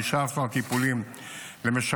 להחלטת הממשלה מס' 2540. בנוסף,